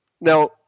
now